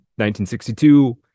1962